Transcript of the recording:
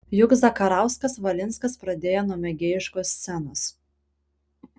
juk zakarauskas valinskas pradėjo nuo mėgėjiškos scenos